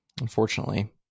unfortunately